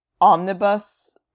omnibus